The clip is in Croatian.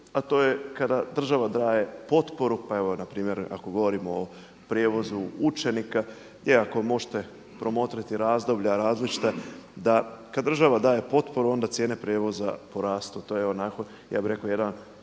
a to je kada država daje potporu, pa evo npr. ako govorimo o prijevozu učenika i ako možete promotriti različita razdoblja, da kada država daje potporu onda cijene prijevoza porastu, to je onako ja bih rekao jedan